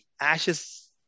Ashes